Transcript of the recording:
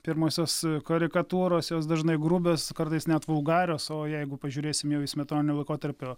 pirmosios karikatūros jos dažnai grubios kartais net vulgarios o jeigu pažiūrėsim jau į smetoninio laikotarpio